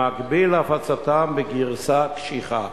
במקביל להפצתם בגרסה קשיחה.